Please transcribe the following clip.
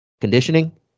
conditioning